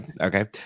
okay